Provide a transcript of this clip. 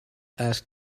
ask